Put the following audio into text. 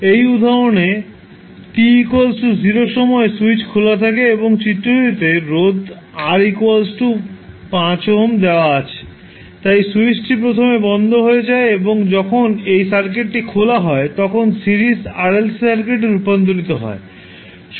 এই উদাহরণে t 0 সময়ে সুইচ খোলা থাকে এবং চিত্রটিতে রোধ R 5 ওহম দেওয়া আছে তাই সুইচটি প্রথমে বন্ধ হয়ে যায় এবং যখন এটি সার্কিটটি খোলা হয় তখন সিরিজ RLC সার্কিটে রূপান্তরিত হয়